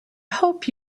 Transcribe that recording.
hope